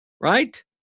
right